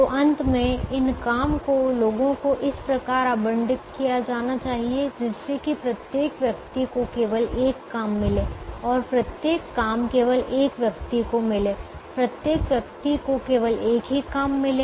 तो अंत में इन काम को लोगों को इस प्रकार आवंटित किया जाना चाहिए जिससे कि प्रत्येक व्यक्ति को केवल एक काम मिले और प्रत्येक काम केवल एक व्यक्ति को मिले प्रत्येक व्यक्ति को केवल एक ही काम मिले